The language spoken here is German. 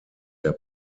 der